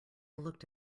looked